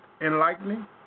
enlightening